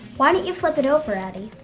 why don't you flip it over, addy?